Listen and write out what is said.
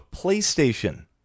PlayStation